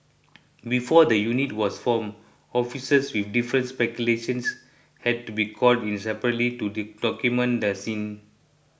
before the unit was formed officers with different specialisations had to be called in separately to document the scene